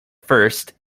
first